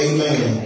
Amen